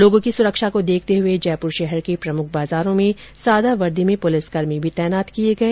लोगों की सुरक्षा को देखते हुए जयपुर शहर के प्रमुख बाजारों में सादा वर्दी में पुलिसकर्मी तैनात किए गए